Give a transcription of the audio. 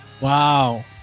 wow